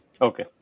Okay